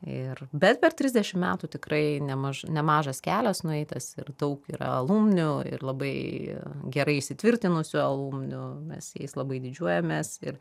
ir bet per trisdešim metų tikrai nemaž nemažas kelias nueitas ir daug yra alumnių ir labai gerai įsitvirtinusių alumnių mes jais labai didžiuojamės ir